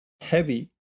heavy